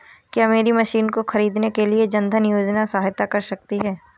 क्या मेरी मशीन को ख़रीदने के लिए जन धन योजना सहायता कर सकती है?